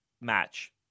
match